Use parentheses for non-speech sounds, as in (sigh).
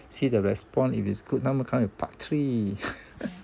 see the response if it's good number 他们 come up with part three (laughs)